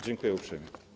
Dziękuję uprzejmie.